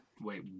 Wait